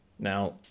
Now